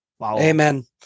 Amen